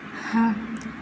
ہاں